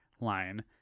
line